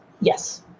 Yes